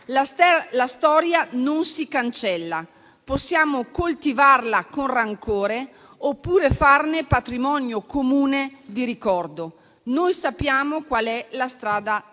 la storia non si cancella, che possiamo coltivarla con rancore, oppure farne patrimonio comune nel ricordo. Noi sappiamo qual sia la strada da